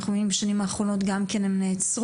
אנחנו רואים בשנים האחרונות גם כן הם נעצרו.